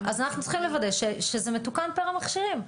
אז אנחנו צריכים לוודא שזה מתוקן פר המכשירים.